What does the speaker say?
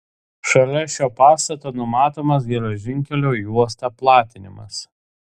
šalia šio pastato numatomas geležinkelio į uostą platinimas